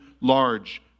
large